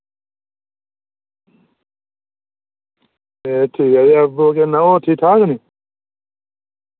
ए ठीक ऐ जी और ठीक ठाक नि